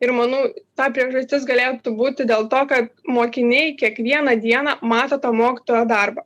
ir manau ta priežastis galėtų būti dėl to kad mokiniai kiekvieną dieną mato tą mokytojo darbą